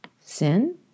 Sin